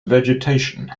vegetation